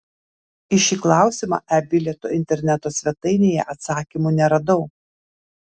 į šį klausimą e bilieto interneto svetainėje atsakymų neradau